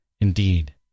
Indeed